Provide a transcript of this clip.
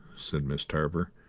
said miss tarver.